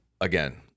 again